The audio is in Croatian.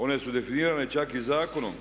One su definirane čak i zakonom.